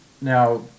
Now